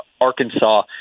Arkansas